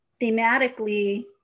thematically